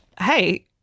hey